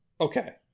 Okay